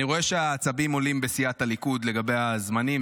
אני רואה שהעצבים עולים בסיעת הליכוד לגבי הזמנים,